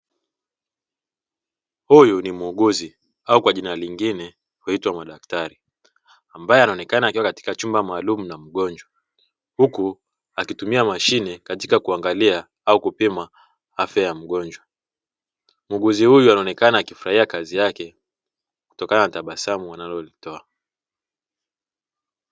Huyu ni muuguzi au kwa jina lingine huitwa madaktari, ambaye anaonekana akiwa katika chumba maalumu na mgonjwa huku akitumia mashine katika kuangalia au kupimwa afya ya mgonjwa huyo, anaonekana akifurahia kazi yake kutokana na tabasamu analolitoa.